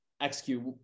execute